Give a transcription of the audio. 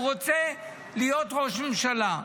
הוא רוצה להיות ראש ממשלה.